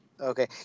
Okay